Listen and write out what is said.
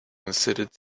considered